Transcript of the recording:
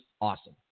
awesome